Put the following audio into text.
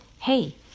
Hey